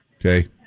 Okay